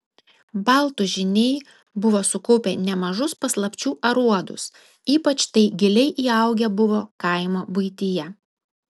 baltų žyniai buvo sukaupę nemažus paslapčių aruodus ypač tai giliai įaugę buvo kaimo buityje